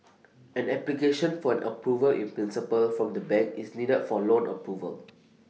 an application for an approval in principle from the bank is needed for loan approval